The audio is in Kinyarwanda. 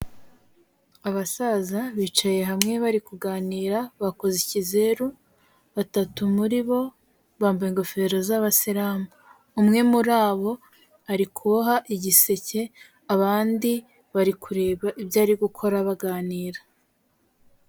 Abasaza bicaye hamwe bari kuganira, bakoze ikizeru batatu muri bo bambaye ingofero z'abasilamu, umwe muri abo ari kuboha igiseke abandi bari kureba ibyo ari gukora baganira.